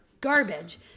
garbage